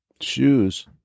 shoes